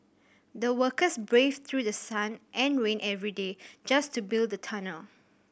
the workers braved through sun and rain every day just to build the tunnel